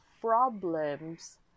problems